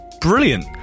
brilliant